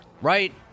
right